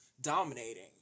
dominating